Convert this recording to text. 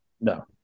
No